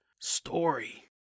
story